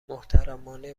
محترمانه